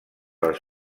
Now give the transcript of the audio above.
les